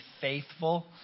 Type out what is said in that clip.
faithful